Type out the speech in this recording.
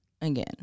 Again